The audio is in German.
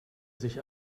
sich